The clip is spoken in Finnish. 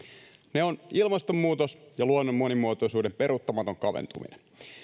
ne ovat ilmastonmuutos ja luonnon monimuotoisuuden peruuttamaton kaventuminen